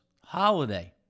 holiday